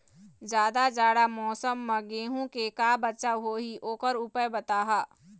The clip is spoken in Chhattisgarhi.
जादा जाड़ा मौसम म गेहूं के का बचाव होही ओकर उपाय बताहा?